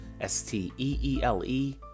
S-T-E-E-L-E